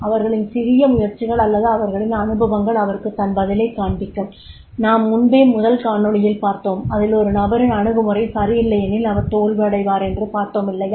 அவர்களின் சிறிய முயற்சிகள் அல்லது அவர்களின் அனுபவங்கள் அவருக்கு தன் பதிலைக் காண்பிக்கும் நாம் முன்பே முதல் காணொளியில் பார்த்தோம் அதில் ஒரு நபரின் அணுகுமுறை சரியிலையெனில் அவர் தோல்வியடைவாரென்று பார்தோம் இல்லையா